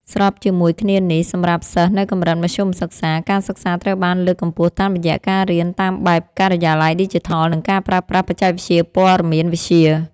ស្របជាមួយគ្នានេះ សម្រាប់សិស្សនៅកម្រិតមធ្យមសិក្សា ការសិក្សាត្រូវបានលើកកម្ពស់តាមរយៈការរៀនតាមបែបការិយាល័យឌីជីថល និងការប្រើប្រាស់បច្ចេកវិទ្យាព័ត៌មានវិទ្យា។